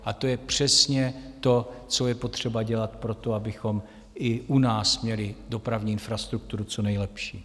A to je přesně to, co je potřeba dělat pro to, abychom i u nás měli dopravní infrastrukturu co nejlepší.